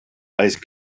ice